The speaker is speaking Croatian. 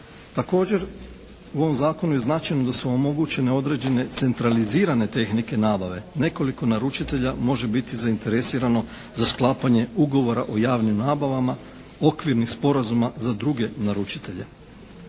Također u ovom zakonu je značajno da su omogućene određene centralizirane tehnike nabave, nekoliko naručitelja može biti zainteresirano za sklapanje ugovora o javnim nabavama, okvirnih sporazuma za druge naručitelje.